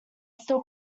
still